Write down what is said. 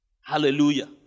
Hallelujah